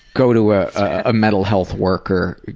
go to a ah mental health worker.